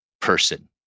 person